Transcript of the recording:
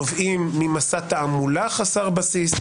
נובעים ממסע תעמולה חסר בסיס.